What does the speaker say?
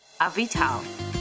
Avital